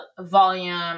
volume